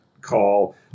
call